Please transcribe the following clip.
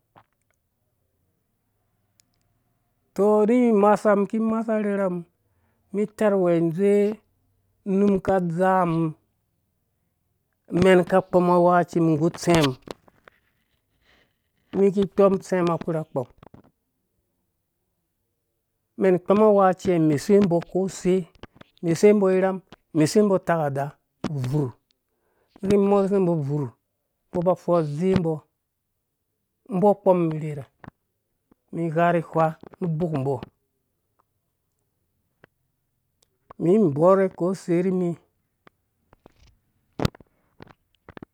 Toh arherhe masha miki masha rherha mum mi tarh wɛh dzowe unum ka dza mum amen ka kpɔm awɛkaci mum nggu utsɛmum men kpɔm awɛkaciha mesuwe mbɔ utakada ubvurh mum mesuwe mbo buurh mbɔ ba fudze mbɔ mbɔ kpɔm umum irhirhɛ mi gha rhi wha ru ubok mbɔ mi borhɛ ko se rhi mi,